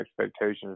expectations